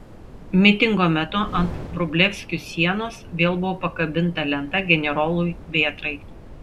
mitingo metu ant vrublevskių sienos vėl buvo pakabinta lenta generolui vėtrai